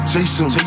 Jason